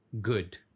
good